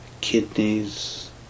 kidneys